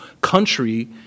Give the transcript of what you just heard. country